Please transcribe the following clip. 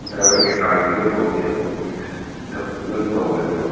driver ꯀꯩꯀꯥꯒꯤ ꯂꯣꯏ ꯇꯧꯅꯦꯕꯀꯣ ꯃꯤꯛꯁ ꯃꯤꯛꯁ ꯑꯞ ꯂꯣꯏꯅ ꯇꯧꯒꯅꯤꯕ